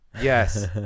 yes